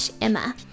Emma